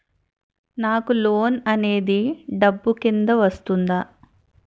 నాకు లోన్ అనేది డబ్బు కిందా వస్తుందా?